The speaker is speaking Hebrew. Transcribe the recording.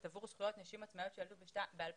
עבור זכויות נשים עצמאיות שילדו ב-2019,